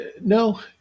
No